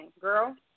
girl